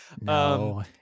No